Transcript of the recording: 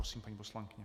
Prosím, paní poslankyně.